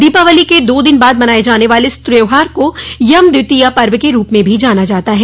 दीपावली के दो दिन बाद मनाये जाने वाले इस त्यौहार को यम द्वितीया पर्व के रूप में भी जाना जाता है